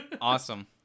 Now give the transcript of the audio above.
Awesome